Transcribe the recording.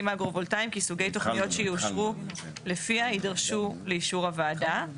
אגרו-וולטאים כי סוגי תכוניות שיאושרו לפיה יידרשו לאישור הועדה.